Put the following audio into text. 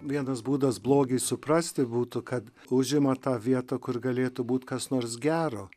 vienas būdas blogį suprasti būtų kad užima tą vietą kur galėtų būt kas nors gero